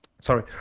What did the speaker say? sorry